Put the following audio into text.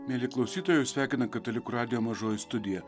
mieli klausytojai jus sveikina katalikų radijo mažoji studija